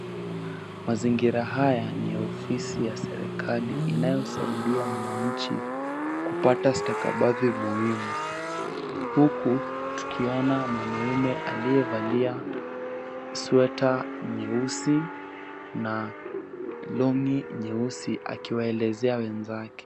Mazingira haya a ni sehemu ya inayosaidia wananchi stakabadhi muhimu huku tukiona mwanaume aliyevalia sweta nyeusi na longi nyeusi akiwaelezea wenzake.